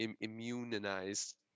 immunized